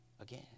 again